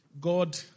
God